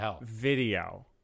video